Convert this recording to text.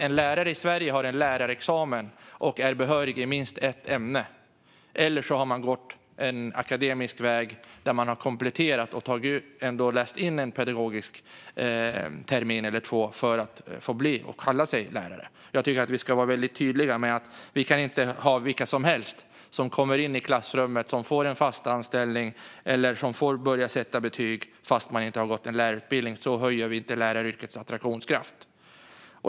En lärare i Sverige har lärarexamen och är behörig i minst ett ämne, eller så har man gått en akademisk väg där man har kompletterat sin utbildning och läst in en pedagogisk termin eller två för att få bli och kalla sig lärare. Jag tycker att vi ska vara väldigt tydliga med att inte vilka som helst ska kunna komma in i klassrummet och få fast anställning eller börja sätta betyg utan att ha gått en lärarutbildning. Så höjer vi inte läraryrkets attraktionskraft.